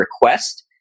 request